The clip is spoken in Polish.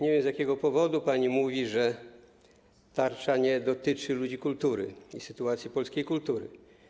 nie wiem, z jakiego powodu pani mówi, że tarcza nie dotyczy ludzi kultury i sytuacji polskiej kultury.